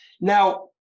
Now